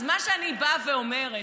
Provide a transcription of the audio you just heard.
אז מה שאני באה ואומרת,